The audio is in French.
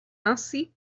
ainsi